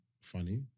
funny